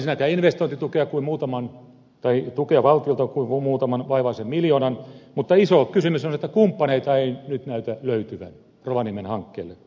se ei ole saamassa ensinnäkään investointitukea valtiolta kuin vain muutaman vaivaisen miljoonan mutta iso kysymys on että kumppaneita ei nyt näytä löytyvän rovaniemen hankkeelle